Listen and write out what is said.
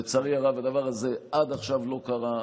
לצערי הרב, הדבר הזה עד עכשיו לא קרה.